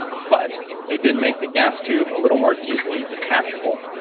but they did make the gas tube a little more easily detachable,